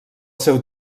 seu